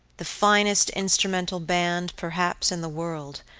the finest instrumental band, perhaps, in the world,